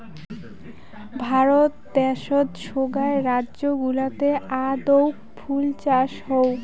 ভারত দ্যাশোত সোগায় রাজ্য গুলাতে আদৌক ফুল চাষ হউ